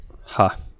Ha